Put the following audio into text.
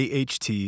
AHT